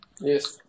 Yes